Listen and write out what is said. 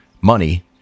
money